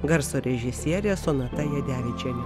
garso režisierė sonata jadevičienė